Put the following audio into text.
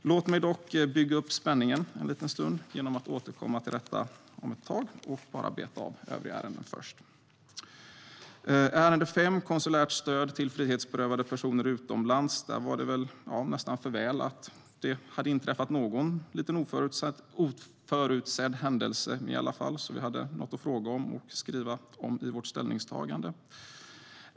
Låt mig dock bygga upp spänningen lite genom att återkomma till detta om en liten stund och beta av övriga ärenden först. I ärende 5, Konsulärt stöd till frihetsberövade personer utomlands, var det väl nästan för väl att det hade inträffat någon lite oförutsedd händelse i alla fall, så att vi hade någonting att fråga om och skriva i vårt ställningstagande.